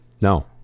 No